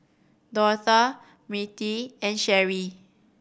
Dortha Mirtie and Sherrie